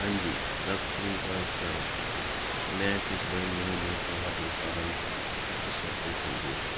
ਹਾਂਜੀ ਸਤਿ ਸ਼੍ਰੀ ਅਕਾਲ ਸਰ ਮੈਂ ਪਿਛਲੇ ਮਹੀਨੇ ਤੋਂ ਤੁਹਾਡੀ ਫ਼ਰਮ ਤੋਂ ਇੱਕ ਸ਼ੈਂਪੂ ਖਰੀਦਿਆ ਸੀ